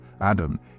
Adam